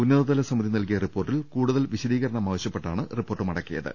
ഉന്ന തതല സമിതി നൽകിയ റിപ്പോർട്ടിൽ കൂടുതൽ വിശദീക രണം ആവശ്യപ്പെട്ടാണ് റിപ്പോർട്ട് മടക്കിയത്